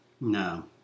No